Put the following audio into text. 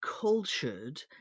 cultured